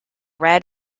red